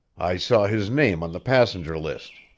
i saw his name in the passenger list.